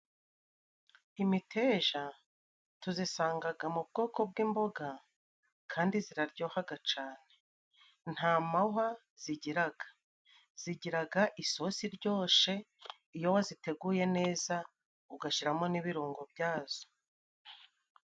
Imiteja tuzisangaga mu bwoko bw'imboga kandi ziraryohaga cane. Nta mahwa zigiraga. Zigiraga isosi iryoshe iyo waziteguye neza ugashiramo n'ibirungo bya zo.